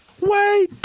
Wait